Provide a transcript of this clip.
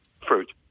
fruit